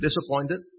disappointed